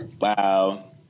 Wow